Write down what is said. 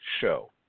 Show